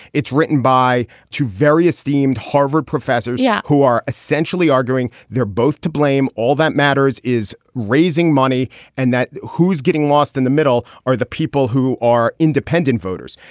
it's written by to various themed harvard professors yeah who are essentially arguing they're both to blame. all that matters is raising money and who's getting lost in the middle are the people who are independent voters.